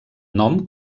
nom